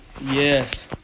Yes